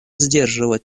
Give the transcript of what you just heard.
сдерживать